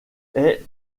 est